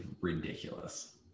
ridiculous